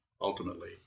ultimately